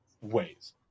ways